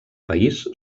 país